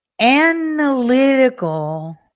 analytical